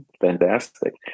fantastic